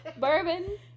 Bourbon